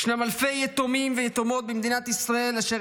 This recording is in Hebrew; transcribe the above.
יש אלפי יתומים ויתומות במדינת ישראל אשר